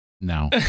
No